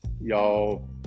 Y'all